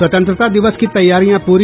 स्वतंत्रता दिवस की तैयारियां पूरी